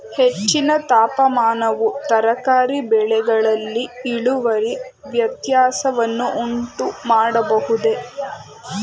ಹೆಚ್ಚಿನ ತಾಪಮಾನವು ತರಕಾರಿ ಬೆಳೆಗಳಲ್ಲಿ ಇಳುವರಿ ವ್ಯತ್ಯಾಸವನ್ನು ಉಂಟುಮಾಡಬಹುದೇ?